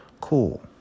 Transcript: Cool